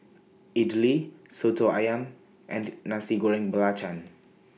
Idly Soto Ayam and Nasi Goreng Belacan